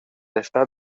estat